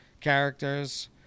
characters